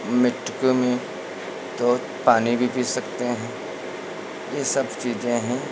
मिटके में तो पानी भी पी सकते हैं यह सब चीज़ें हैं